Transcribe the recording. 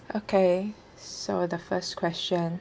okay so the first question